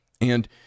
and-